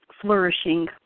flourishing